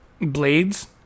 Blades